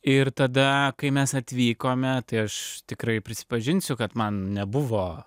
ir tada kai mes atvykome tai aš tikrai prisipažinsiu kad man nebuvo